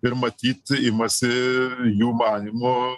ir matyt imasi jų manymu